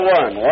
one